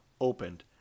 opened